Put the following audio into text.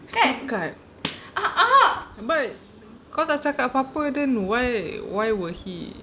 steep cut but kau tak cakap apa-apa then why why would he